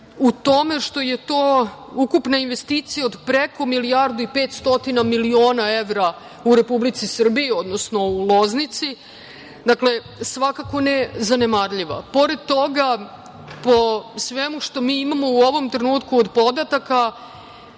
u tome što je to ukupna investicija od preko milijardu i pet stotina miliona evra u Republici Srbiji, odnosno u Loznici, dakle svakako nezanemarljiva. Pored toga, po svemu što mi imamo u ovom trenutku od podataka